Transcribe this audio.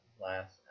last